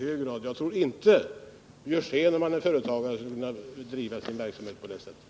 Jag tror inte att Karl Björzén, om han är företagare, driver sin verksamhet på det sättet.